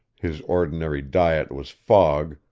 his ordinary diet was fog,